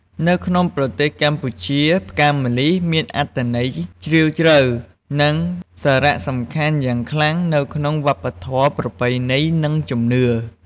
នៅប្រទេសកម្ពុជា ផ្កាម្លិះ មានអត្ថន័យជ្រាលជ្រៅ និងសារៈសំខាន់យ៉ាងខ្លាំងនៅក្នុងវប្បធម៌ ប្រពៃណី និងជំនឿ។